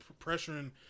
pressuring